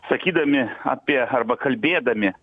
sakydami apie arba kalbėdami